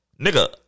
nigga